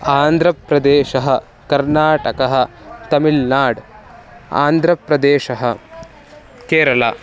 आन्द्रप्रदेशः कर्नाटकः तमिल्नाड् आन्ध्रप्रदेशः केरला